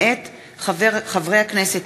מאת חברי הכנסת